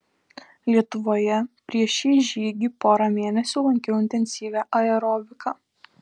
lietuvoje prieš šį žygį porą mėnesių lankiau intensyvią aerobiką